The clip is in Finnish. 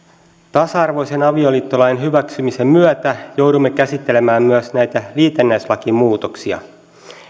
tasa arvoisen avioliittolain hyväksymisen myötä joudumme käsittelemään myös näitä liitännäislakimuutoksia